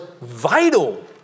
vital